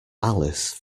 alice